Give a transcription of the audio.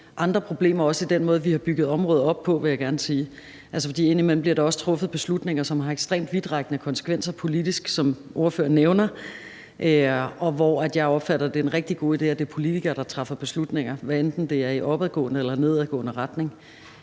andre problemer, også i den måde, vi har bygget området op på, vil jeg gerne sige. For indimellem bliver der også truffet beslutninger, der, som ordføreren nævner, har ekstremt vidtrækkende konsekvenser politisk, så jeg opfatter det som en rigtig god idé, at det er politikere, der træffer beslutninger, hvad enten det er i opadgående eller nedadgående retning.